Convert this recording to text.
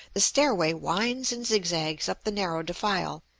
the stairway winds and zigzags up the narrow defile,